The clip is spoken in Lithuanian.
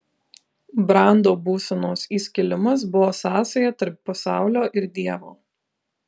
brando būsenos įskilimas buvo sąsaja tarp pasaulio ir dievo